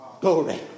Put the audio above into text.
Glory